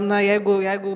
na jeigu jeigu